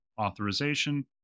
authorization